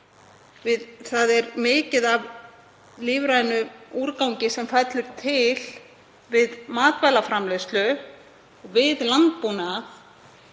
Það er mikið af lífrænum úrgangi sem fellur til við matvælaframleiðslu, við landbúnað,